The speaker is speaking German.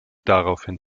daraufhin